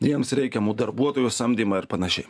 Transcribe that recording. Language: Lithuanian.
jiems reikiamų darbuotojų samdymą ir panašiai